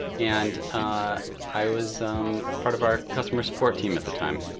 and i was part of our customer support team at the time.